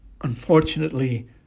Unfortunately